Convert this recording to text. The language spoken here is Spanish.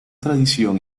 tradición